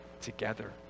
together